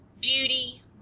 beauty